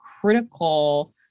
critical